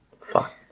Fuck